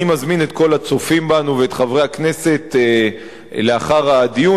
אני מזמין את כל הצופים בנו ואת חברי הכנסת לאחר הדיון